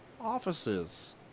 offices